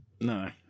no